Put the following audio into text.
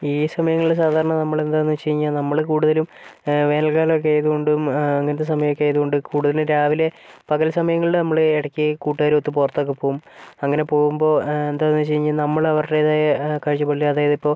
ഈ സമയങ്ങള് സാധാരണ നമ്മള് എന്താന്നെച്ചുകഴിഞ്ഞാ നമ്മള് കൂടുതലും വേനൽക്കാലൊക്കെ യായതുകൊണ്ടും അങ്ങനത്തെ സമയൊക്കെയായതുകൊണ്ട് കൂടുതലും രാവിലെ പകൽ സമയങ്ങളില് നമ്മള് ഇടയ്ക്ക് കൂട്ടുകാരുമൊത്ത് പുറത്തൊക്കെ പോകും അങ്ങനെ പോകുമ്പോ എന്താന്ന് വച്ചുകഴിഞ്ഞാ നമ്മള് അവരുടേതായ കാഴ്ച്ചപ്പാടില് അതായത് ഇപ്പോൾ